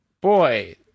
boy